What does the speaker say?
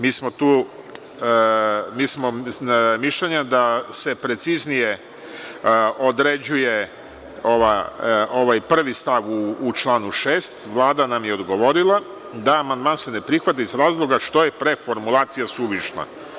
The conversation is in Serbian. Mi smo mišljenja da se preciznije određuje ovaj prvi stav u članu 6. Vlada nam je odgovorila da amandman se ne prihvata iz razloga što je preformulacija suvišna.